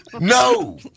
No